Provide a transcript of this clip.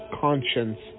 conscience